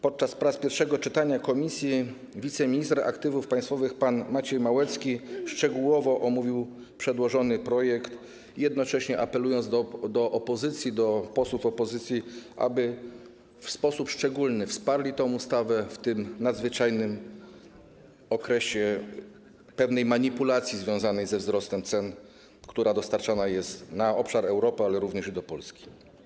Podczas prac obejmujących pierwsze czytanie w komisji wiceminister aktywów państwowych pan Maciej Małecki szczegółowo omówił przedłożony projekt ustawy, jednocześnie apelując do posłów opozycji, aby w sposób szczególny wsparli tę ustawę w tym nadzwyczajnym okresie pewnej manipulacji związanej ze wzrostem cen, która kierowana jest na obszar Europy ale również i do Polski.